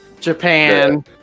Japan